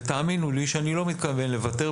תאמינו לי שאני לא מתכוון לוותר,